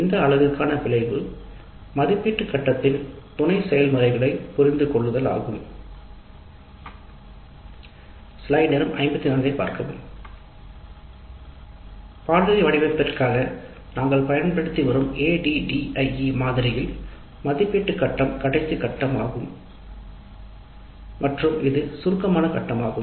இந்த அலகுக்கான விளைவு மதிப்பீட்டு கட்டத்தின் துணை செயல்முறைகளைப் புரிந்து கொள்ளுதல் பாடநெறி வடிவமைப்பிற்காக நாங்கள் பயன்படுத்தி வரும் ADDIE மாதிரியில் மதிப்பீட்டு கட்டம் கடைசி கட்டம்ஆகும் மற்றும் இது சுருக்கமான கட்டமாகும்